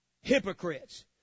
hypocrites